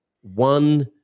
one